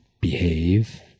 behave